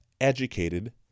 educated